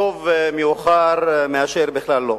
טוב מאוחר מאשר בכלל לא.